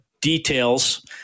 details